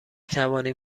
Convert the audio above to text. توانیم